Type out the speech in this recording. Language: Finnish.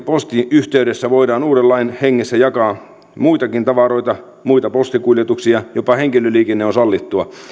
postin yhteydessä voidaan uuden lain hengessä jakaa muitakin tavaroita muita postikuljetuksia jopa henkilöliikenne on sallittua